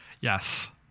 Yes